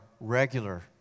regular